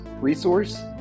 resource